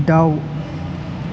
दाउ